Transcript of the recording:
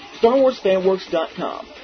StarWarsFanWorks.com